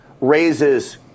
raises